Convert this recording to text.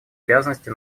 обязанности